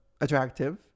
Attractive